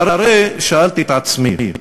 והרי, שאלתי את עצמי,